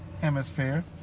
hemisphere